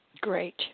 Great